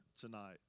tonight